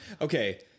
Okay